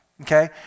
okay